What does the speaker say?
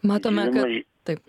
matome kad taip